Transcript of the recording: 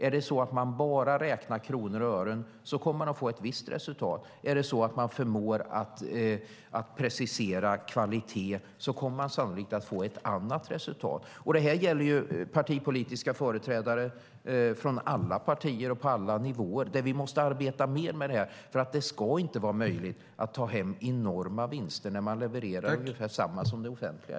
Är det så att man bara räknar kronor och ören kommer man att få ett visst resultat. Är det så att man förmår precisera vad som är kvalitet kommer man sannolikt att få ett annat resultat. Detta gäller partipolitiska företrädare från alla partier och på alla nivåer. Vi måste arbeta mer med det här. Det ska inte vara möjligt att ta hem enorma vinster när man levererar ungefär detsamma som det offentliga.